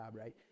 right